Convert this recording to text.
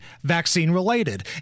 vaccine-related